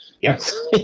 Yes